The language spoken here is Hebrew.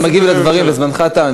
מכיוון שאתה מגיב לדברים וזמנך תם,